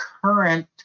current